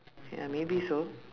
ya maybe so